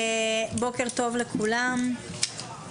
בוקר טוב לכולם,